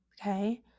Okay